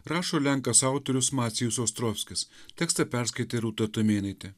rašo lenkas autorius macijus ostrovskis tekstą perskaitė rūta tumėnaitė